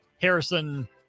Harrison